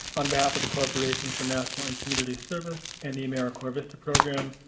on behalf of the corporation for national and community service and the americorps vista program,